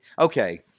Okay